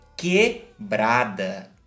Quebrada